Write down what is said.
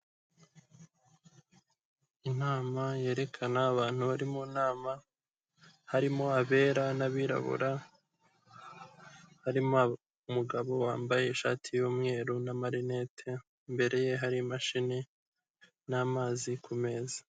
Inama yerekana abantu bari mu nama, harimo abera n'abirabura, harimo umugabo wambaye ishati y'umweru n'amarinete, imbere ye hari imashini n'amazi ku meza.